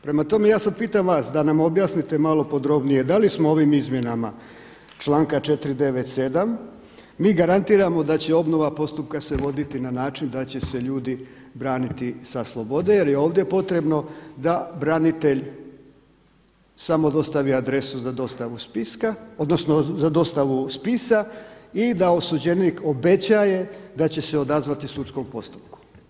Prema tome, ja sad pitam vas da nam objasnite malo podrobnije da li smo ovim izmjenama članka 497. mi garantiramo da će obnova postupka se voditi na način da će se ljudi braniti sa slobode jer je ovdje potrebno da branitelj samo dostavi adresu za dostavu spiska, odnosno za dostavu spisa i da osuđenik obećaje da će se odazvati sudskom postupku.